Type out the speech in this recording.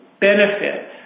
benefit